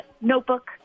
notebook